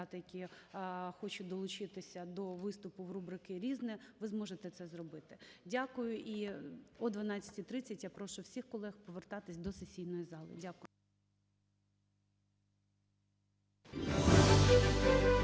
які хочуть долучитися до виступу в рубриці "Різне", ви зможете це зробити. Дякую. І о 12:30 я прошу всіх колег повертатись до сесійної (Після